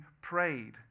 prayed